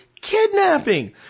kidnapping